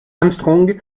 armstrong